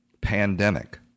pandemic